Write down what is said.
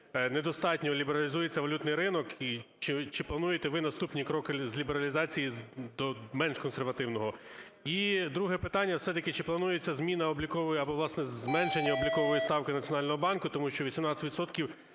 недостатньо лібералізується валютний ринок. І чи плануєте ви наступні кроки з лібералізації до менш консервативного? І друге питання. Все-таки чи планується зміна облікової, або, власне, зменшення облікової ставки Національного банку? Тому що 18